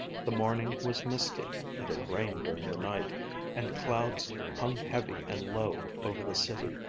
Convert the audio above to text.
the morning was misty it had rained during the night and clouds hung heavy and low over the city.